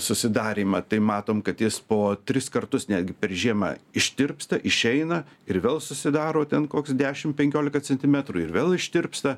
susidarymą tai matom kad jis po tris kartus netgi per žiemą ištirpsta išeina ir vėl susidaro ten koks dešim penkiolika centimetrų ir vėl ištirpsta